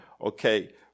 okay